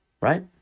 right